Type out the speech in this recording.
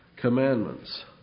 commandments